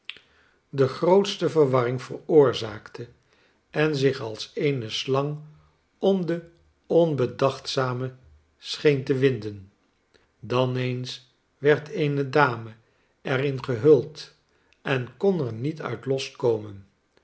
rome grootste verwarring veroorzaakte en zich als eene slang om de onbedachtzamen scheen te winden dan eens werd eene dame er in gehuld en kon er niet uit